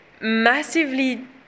massively